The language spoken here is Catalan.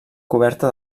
coberta